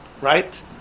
Right